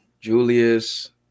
Julius